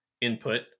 input